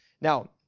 Now